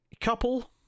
couple